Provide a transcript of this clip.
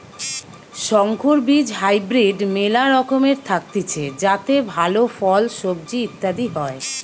সংকর বীজ হাইব্রিড মেলা রকমের থাকতিছে যাতে ভালো ফল, সবজি ইত্যাদি হয়